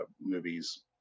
movies